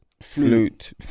flute